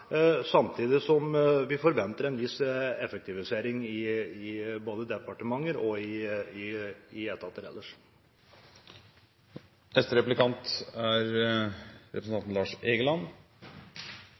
samtidig som vi forventer en viss effektivisering i både departementer og etater ellers. Det nærmer seg jul, det er